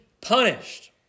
Punished